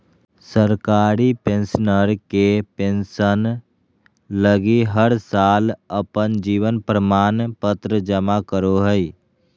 सरकारी पेंशनर के पेंसन लगी हर साल अपन जीवन प्रमाण पत्र जमा करो हइ